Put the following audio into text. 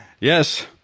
Yes